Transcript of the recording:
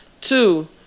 Two